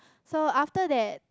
so after that